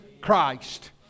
Christ